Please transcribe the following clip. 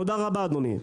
תודה רבה, אדוני.